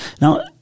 Now